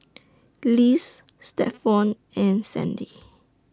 Lise Stephon and Sandy